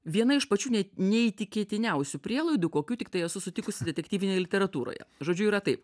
viena iš pačių neįtikėtiniausių prielaidų kokių tiktai esu sutikusi detektyvinėj literatūroje žodžiu yra taip